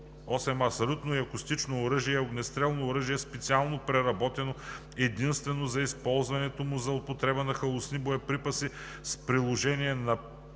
„8а. „Салютно и акустично оръжие“ е огнестрелно оръжие, специално преработено единствено за използването му за употреба на халосни боеприпаси, с приложение